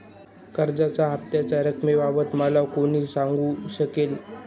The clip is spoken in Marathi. कर्जाच्या हफ्त्याच्या रक्कमेबाबत मला कोण सांगू शकेल?